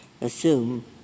assume